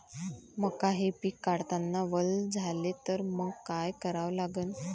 मका हे पिक काढतांना वल झाले तर मंग काय करावं लागन?